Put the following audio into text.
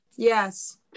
Yes